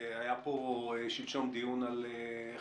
אתמול או שלשום היה פה דיון על חל"ת.